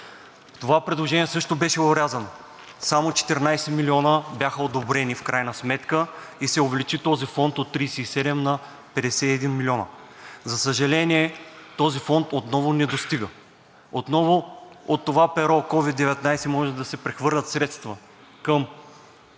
Това предложение също беше орязано. Само 14 милиона бяха одобрени в крайна сметка и този фонд се увеличи от 37 на 51 милиона. За съжаление, този фонд отново не достига, отново от това перо COVID-19 може да се прехвърлят средства към